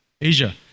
Asia